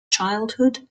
childhood